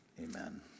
amen